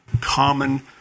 common